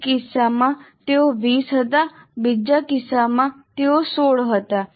એક કિસ્સામાં તેઓ 20 હતા બીજા કિસ્સામાં તેઓ 16 હતા